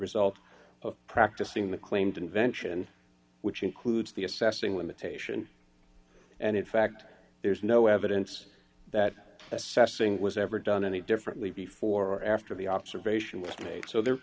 result of practicing the claimed invention which includes the assessing limitation and in fact there's no evidence that assessing was ever done any differently before after the observation was made so there